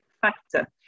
factor